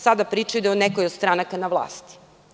Sada pričaju da je u nekoj od stranaka na vlasti.